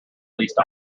least